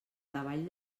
davall